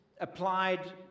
applied